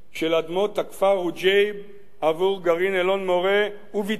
הכפר רוג'ייב עבור גרעין אלון-מורה וביטל אותה.